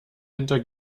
hinter